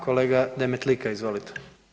Kolega Demetlika, izvolite.